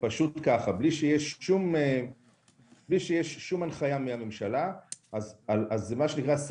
בלי שיש שום הנחייה מהממשלה בנושא.